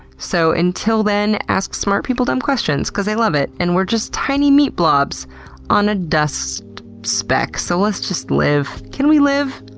so until then, ask smart people dumb questions, because they love it and we're just tiny meat blobs on a dust speck so let's just live. can we live?